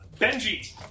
Benji